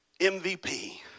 MVP